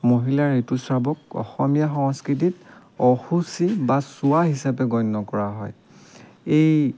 মহিলাৰ ঋতুস্ৰাৱক অসমীয়া সংস্কৃতিত অশুচি বা চুৱা হিচাপে গণ্য কৰা হয় এই